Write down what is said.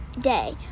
day